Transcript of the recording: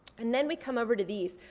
and then we come over to these.